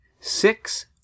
Six